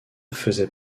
faisait